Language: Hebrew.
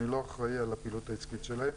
אני לא אחראי על הפעילות העסקית שלהן.